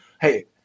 Hey